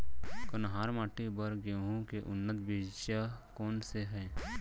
कन्हार माटी बर गेहूँ के उन्नत बीजा कोन से हे?